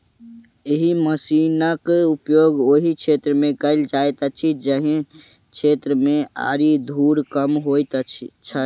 एहि मशीनक उपयोग ओहि क्षेत्र मे कयल जाइत अछि जाहि क्षेत्र मे आरि धूर कम होइत छै